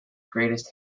greatest